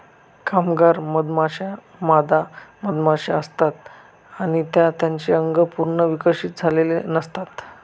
कामगार मधमाश्या मादा मधमाशा असतात आणि त्यांचे अंग पूर्ण विकसित झालेले नसतात